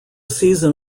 season